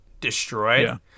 destroyed